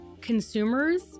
consumers